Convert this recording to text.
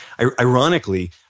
ironically